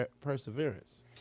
perseverance